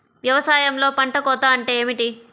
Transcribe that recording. వ్యవసాయంలో పంట కోత అంటే ఏమిటి?